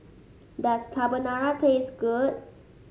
does Carbonara taste good